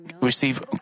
receive